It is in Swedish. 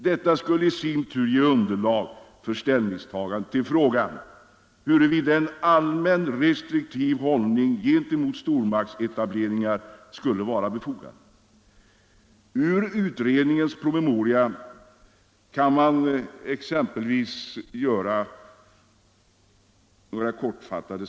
Detta skulle sedan ge underlag för ställningstagandet till frågan huruvida en allmänt restriktiv hållning gentemot stormarknadsetableringar kunde vara befogad. Jag vill här göra en kortfattad sammanfattning av utredningens promemoria.